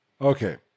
Okay